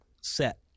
set